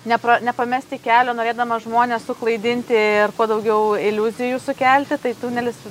nepro nepamesti kelio norėdamas žmones suklaidinti ir kuo daugiau iliuzijų sukelti tai tunelis